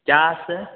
क्या सर